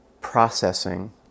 processing